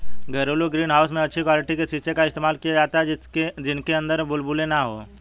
घरेलू greenhouse में अच्छी क्वालिटी के शीशे का इस्तेमाल किया जाता है जिनके अंदर बुलबुले ना हो